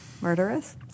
Murderous